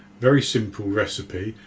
very simple recipe.